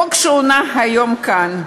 בחוק שהונח היום כאן,